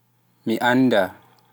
Mi annda